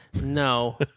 No